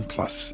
Plus